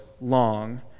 long